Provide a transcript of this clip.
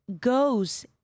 goes